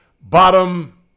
bottom